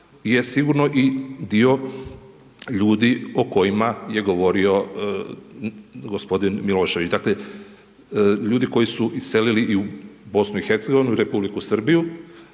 je sigurno i dio ljudi o kojima je govorio g. Milošević. Dakle ljudi koji su iselili i u BiH i u Republiku Srbiju,